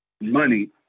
Money